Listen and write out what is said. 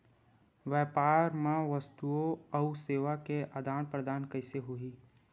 व्यापार मा वस्तुओ अउ सेवा के आदान प्रदान कइसे होही?